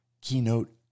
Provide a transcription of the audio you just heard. keynote